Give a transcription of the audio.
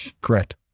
Correct